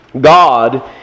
God